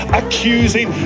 accusing